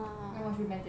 then watch big bang theory